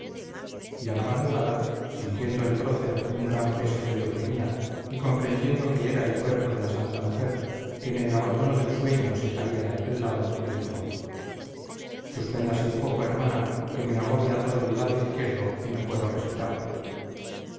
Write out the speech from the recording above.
a la madrugada sintiendo el prócer un gran peso que le oprimía y comprendiendo que era el cuerpo de la santa mujer que en el abandono del sueño se caía de aquel lado le dijo suspéndase un poco hermana que me agobia todo el lado izquierdo y no puedo respirar